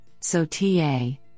SOTA